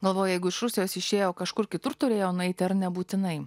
galvoju jeigu iš rusijos išėjo kažkur kitur turėjo nueiti ar nebūtinai